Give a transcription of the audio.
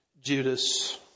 Judas